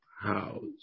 house